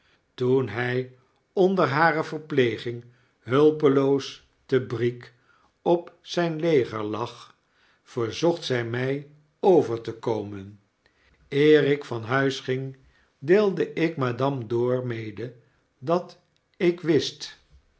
toen hg onder hare verpleging hulpeloos te b r i e g op zjjn leger lag verzocht zy mij over te komen eer ik van huis ging deelde ik madame dor mede dat ik wist